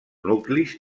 nuclis